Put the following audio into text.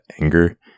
anger